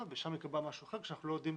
ושם ייקבע משהו אחר כשאנחנו לא יודעים